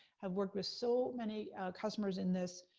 have worked with so many customers in this